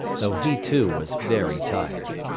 though he, too, was very tired.